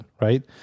right